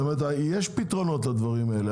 יש פתרונות לדברים הללו,